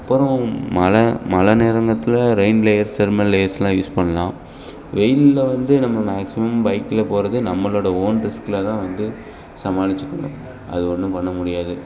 அப்பறம் மழை மழை நேரங்கத்தில் ரெயின் லேயர்ஸ் தெர்மல் லேயர்ஸ்லாம் யூஸ் பண்ணலாம் வெயிலில் வந்து நம்ம மேக்ஸிமம் பைக்கில் போவது நம்மளோடய ஓன் ரிஸ்க்கில் தான் வந்து சமாளிச்சுக்கணும் அது ஒன்றும் பண்ண முடியாது